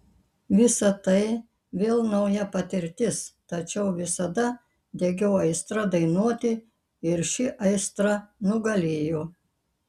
visa tai vėl nauja patirtis tačiau visada degiau aistra dainuoti ir ši aistra nugalėjo